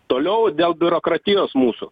toliau dėl biurokratijos mūsų